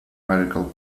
medical